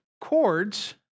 chords